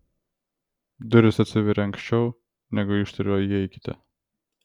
durys atsiveria anksčiau negu ištariu įeikite